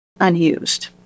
unused